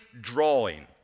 drawing